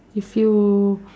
if you